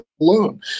alone